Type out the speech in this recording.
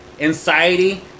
anxiety